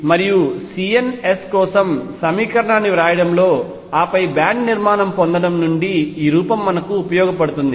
మరియు Cns కోసం సమీకరణాన్ని వ్రాయడంలో ఆపై బ్యాండ్ నిర్మాణాన్ని పొందడం నుండి ఈ రూపం మనకు ఉపయోగపడుతుంది